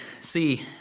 see